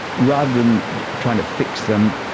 rather than trying to fix them,